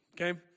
okay